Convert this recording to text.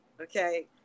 okay